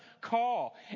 call